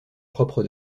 propre